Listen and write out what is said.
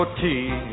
tea